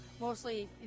mostly